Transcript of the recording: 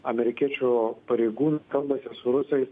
amerikiečių pareigūnai kalbasi su rusais